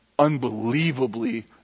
unbelievably